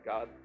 God